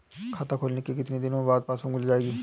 खाता खोलने के कितनी दिनो बाद पासबुक मिल जाएगी?